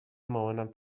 مامانم